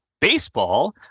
baseball